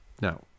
Now